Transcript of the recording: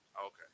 Okay